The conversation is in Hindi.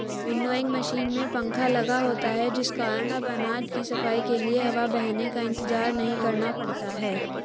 विन्नोइंग मशीन में पंखा लगा होता है जिस कारण अब अनाज की सफाई के लिए हवा बहने का इंतजार नहीं करना पड़ता है